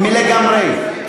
לגמרי.